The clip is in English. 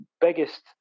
biggest